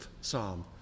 Psalm